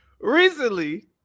recently